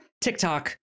tiktok